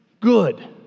good